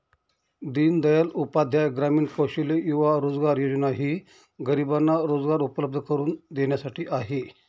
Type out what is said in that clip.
दीनदयाल उपाध्याय ग्रामीण कौशल्य युवा रोजगार योजना ही गरिबांना रोजगार उपलब्ध करून देण्यासाठी आहे